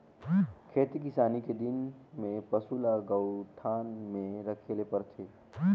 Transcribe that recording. खेती किसानी के दिन में पसू ल गऊठान में राखे ले परथे